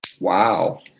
Wow